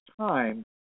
time